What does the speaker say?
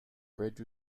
bridge